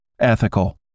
Ethical